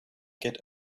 get